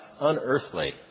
unearthly